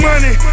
Money